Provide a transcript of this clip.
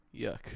Yuck